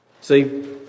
See